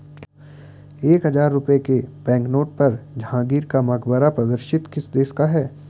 एक हजार रुपये के बैंकनोट पर जहांगीर का मकबरा प्रदर्शित किस देश का है?